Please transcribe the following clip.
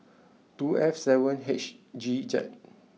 two F seven H G Z